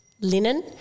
linen